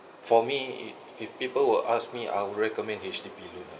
for me if if people were asked me I would recommend H_D_B loan lah